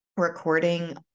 recording